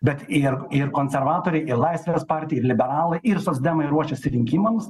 bet ir ir konservatoriai ir laisvės partija ir liberalai ir socdemai ruošiasi rinkimams